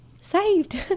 saved